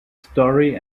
story